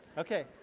okay.